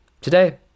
Today